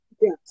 Yes